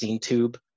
tube